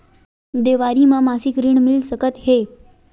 देवारी म मासिक ऋण मिल सकत हे?